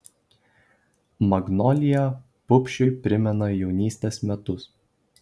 magnolija pupšiui primena jaunystės metus